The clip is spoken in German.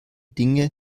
dinge